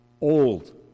Old